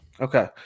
Okay